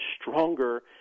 stronger